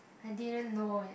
I didn't know it